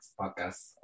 podcast